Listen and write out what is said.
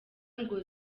ngo